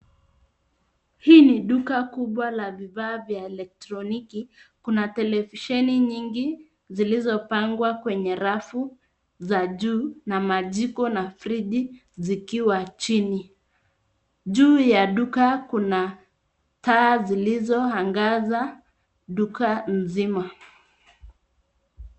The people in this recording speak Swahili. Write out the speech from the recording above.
Hii ni duka kubwa la vifaa vya elektroniki, kuna televisheni nyingi zilizopangwa kwenye rafu za juu na majiko na friji zikiwa chini. Juu ya duka kuna taa zilizoangaza duka zima.